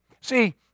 See